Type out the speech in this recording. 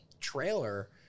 Trailer